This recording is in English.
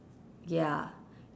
ya